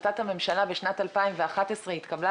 החלטת הממשלה בשנת 2011 התקבלה,